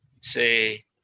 say